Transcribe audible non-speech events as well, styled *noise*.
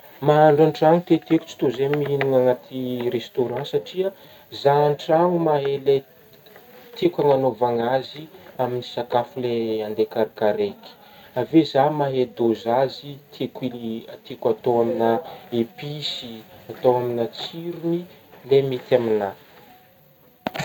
Mahandro an-tragno tietieko *noise* tsy tô zegny mihinagna anaty restaurant satria zah an-tragno mahay *hesitation* le tiako agnagnaovagna azy amin'gny sakafo le andeha karakaraiky ,avy eo zah mahay dôzazy tiako *hesitation* tiako atao aminah episy atao aminah tsirogny le mety aminah.